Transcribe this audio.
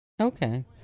Okay